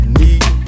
need